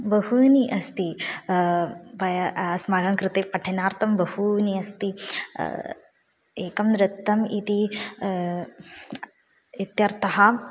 बहूनि अस्ति वयं अस्माकं कृते पठनार्थं बहूनि अस्ति एकं नृत्तम् इति इत्यर्थंः